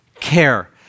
care